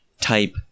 type